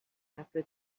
after